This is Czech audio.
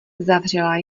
zavřela